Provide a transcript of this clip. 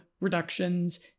reductions